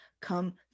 come